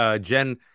Jen